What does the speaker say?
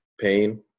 pain